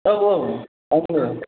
औ औ आंनो